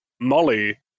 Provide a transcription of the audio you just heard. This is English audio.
Molly